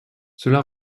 cela